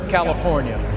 California